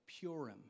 Purim